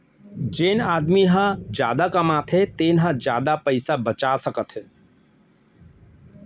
जेन आदमी ह जादा कमाथे तेन ह जादा पइसा बचा सकत हे